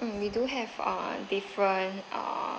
hmm we do have uh different err